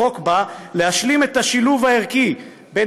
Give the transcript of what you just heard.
החוק נועד להשלים את השילוב הערכי של